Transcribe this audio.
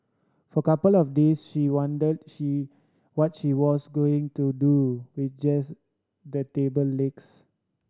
for a couple of days she wondered she watch was going to do with just the table legs